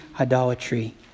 idolatry